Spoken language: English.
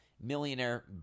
millionaire